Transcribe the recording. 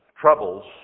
troubles